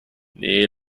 nee